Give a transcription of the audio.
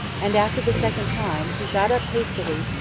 and after the second time, he got up hastily,